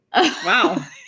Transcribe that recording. wow